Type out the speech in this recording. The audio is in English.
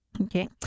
Okay